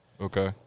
Okay